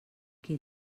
qui